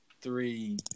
three